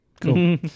Cool